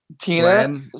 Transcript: Tina